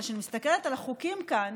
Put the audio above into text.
אבל כשאני מסתכלת על החוקים כאן,